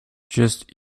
just